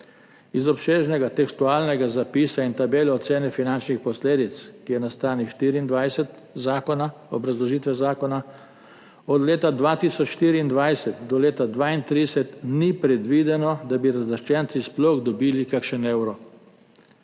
Iz obsežnega tekstualnega zapisa in tabele ocene finančnih posledic, ki je na 24. strani obrazložitve zakona, od leta 2024 do leta 2032 ni predvideno, da bi razlaščenci sploh dobili kakšen evro.